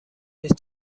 نیست